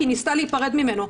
כי היא ניסתה להיפרד ממנו.